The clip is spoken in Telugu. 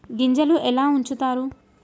గింజలు ఎలా ఉంచుతారు?